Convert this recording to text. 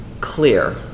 clear